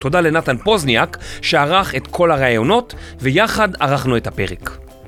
תודה לנתן פוזניאק שערך את כל הראיונות ויחד ערכנו את הפרק